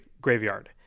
graveyard